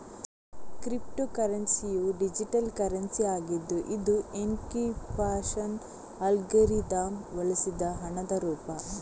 crypto ಕರೆನ್ಸಿಯು digital currency ಆಗಿದ್ದು ಇದು ಎನ್ಕ್ರಿಪ್ಶನ್ ಅಲ್ಗಾರಿದಮ್ ಬಳಸಿದ ಹಣದ ರೂಪ